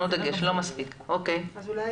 אולי